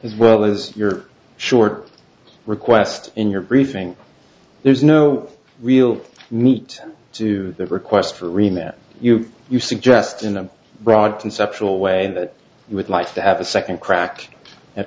as well as your short request in your briefing there's no real meat to the request for a rematch you suggest in a broad conceptual way that you would like to have a second crack at